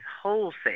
wholesale